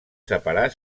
separar